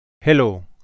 Hello